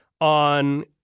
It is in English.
on